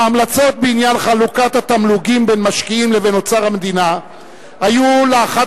ההמלצות בעניין חלוקת התמלוגים בין משקיעים לבין אוצר המדינה היו לאחת